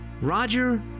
Roger